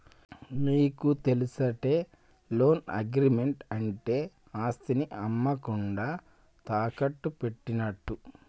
నీకు తెలుసటే, loan agreement అంటే ఆస్తిని అమ్మకుండా తాకట్టు పెట్టినట్టు